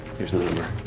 here's the number.